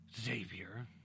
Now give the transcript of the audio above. Xavier